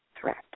threat